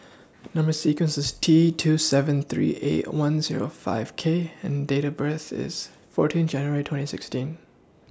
Number sequence IS T two seven three eight one Zero five K and Date of birth IS fourteen January twenty sixteen